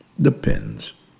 depends